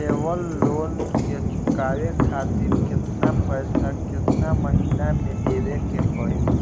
लेवल loan के चुकावे खातिर केतना पैसा केतना महिना मे देवे के पड़ी?